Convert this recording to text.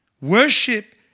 worship